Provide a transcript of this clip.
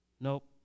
Nope